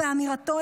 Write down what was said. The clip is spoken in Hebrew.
באמירתו,